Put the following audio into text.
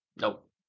Nope